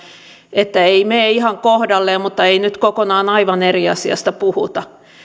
että ei mene ihan kohdalleen mutta ei nyt kokonaan aivan eri asiasta puhuta